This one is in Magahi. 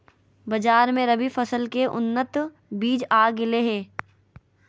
बाजार मे रबी फसल के उन्नत बीज आ गेलय हें